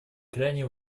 крайне